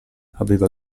aveva